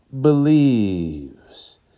believes